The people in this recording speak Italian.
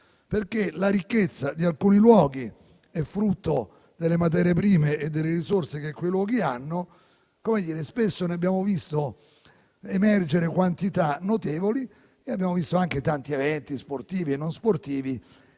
la ricchezza di alcuni luoghi è frutto delle materie prime e delle risorse che essi hanno. Spesso ne abbiamo visto emergere quantità notevoli e abbiamo visto anche tanti eventi sportivi e non sportivi